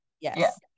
yes